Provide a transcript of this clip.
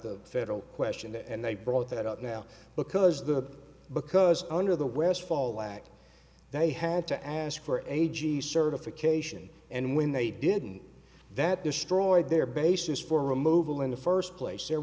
the federal question and they brought that up now because the because under the westfall act they had to ask for a g certification and when they didn't that destroyed their basis for removal in the first place there